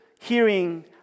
hearing